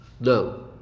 No